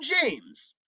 James